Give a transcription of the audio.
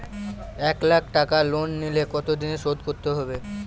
এক লাখ টাকা লোন নিলে কতদিনে শোধ করতে হবে?